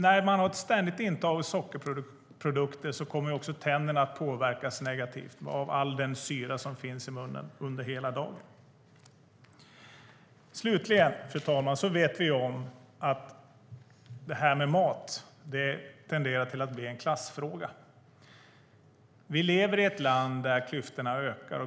När man har ett ständigt intag av sockerprodukter kommer också tänderna att påverkas negativt av den syra som finns i munnen hela dagen. Slutligen, fru talman, vet vi att mat tenderar att bli en klassfråga. Vi lever i ett land där klyftorna ökar.